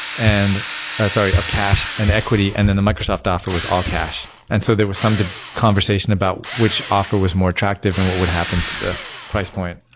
and ah sorry. of cash and equity, and then the microsoft offer was all cash. and so there was some conversation about, which offer was more attractive and what would happen to the price point,